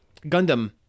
gundam